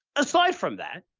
aside from that,